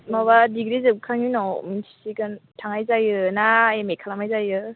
माबा डिग्री जोबखांनायनि उनाव मिथिसिगाोन थांनाय जायो ना एम ए खालामनाय जायो